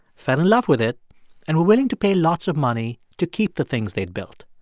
fell in love with it and were willing to pay lots of money to keep the things they'd built.